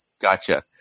Gotcha